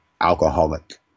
alcoholic